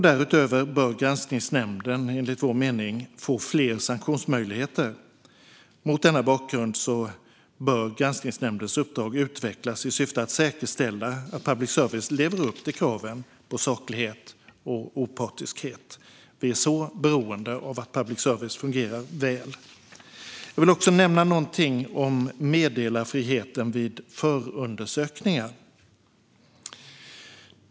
Därutöver bör Granskningsnämnden enligt vår mening få fler sanktionsmöjligheter. Mot denna bakgrund bör Granskningsnämndens uppdrag utvecklas i syfte att säkerställa att public service lever upp till kraven på saklighet och opartiskhet. Vi är så beroende av att public service fungerar väl. Jag vill också nämna någonting om meddelarfriheten vid förundersökningar.